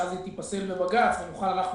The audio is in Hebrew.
שאז היא תיפסל בבג"ץ ואנחנו נוכל להיות